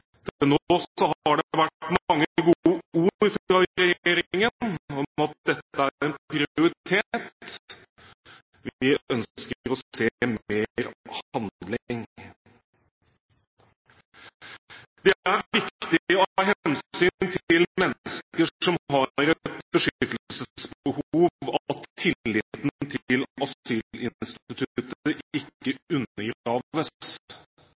at dette er en prioritet. Vi ønsker å se mer handling. Det er viktig av hensyn til mennesker som har et beskyttelsesbehov, at tilliten til asylinstituttet ikke undergraves. Derfor bør det reageres mot misbruk av